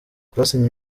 twasinye